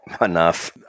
enough